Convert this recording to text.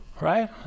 right